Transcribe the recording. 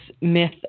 myth